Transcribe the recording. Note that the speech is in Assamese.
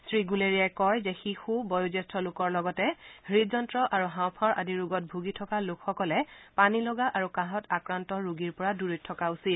শ্ৰীণুলেৰিয়াই কয় যে শিশু বয়োজ্যেষ্ঠ লোকৰ লগতে হৃদযন্ত্ৰ আৰু হাওফাঁওৰ আদি ৰোগত ভুগি থকা লোকসকলে পানীলগা আৰু কাঁহত আক্ৰান্ত ৰোগীৰ পৰা দূৰৈত থকা উচিত